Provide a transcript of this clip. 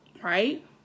right